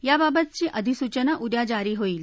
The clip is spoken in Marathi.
याबाबतचा अधिसूचना उद्या जारी होईल